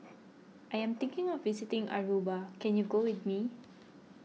I am thinking of visiting Aruba can you go with me